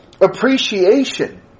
Appreciation